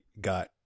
got